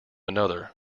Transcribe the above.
another